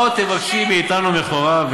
"מה עוד תבקשי מאתנו מכורה,